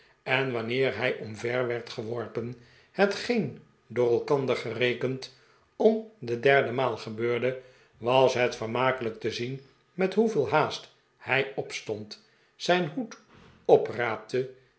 en wanneer hij omver werd geworpen hetgeen door elkander gerekend om de derde maal gebeurde t was het vermakelijk te zien met hoeveel haast hij opstond zijn hoed opraapte en